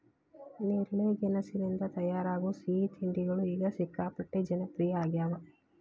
ನೇರಳೆ ಗೆಣಸಿನಿಂದ ತಯಾರಾಗೋ ಸಿಹಿ ತಿಂಡಿಗಳು ಈಗ ಸಿಕ್ಕಾಪಟ್ಟೆ ಜನಪ್ರಿಯ ಆಗ್ಯಾವ